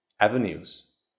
avenues